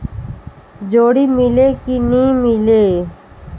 जोणी मीले कि नी मिले?